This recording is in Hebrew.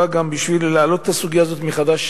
גם בשביל להעלות את הסוגיה הזאת מחדש